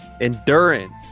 Endurance